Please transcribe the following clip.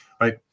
right